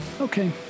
okay